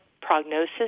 prognosis